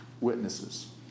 witnesses